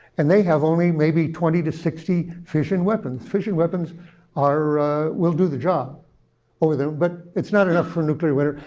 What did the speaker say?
and they have only maybe twenty to sixty fission weapons. fission weapons will do the job over there, but it's not enough for nuclear winter.